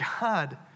God